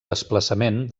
desplaçament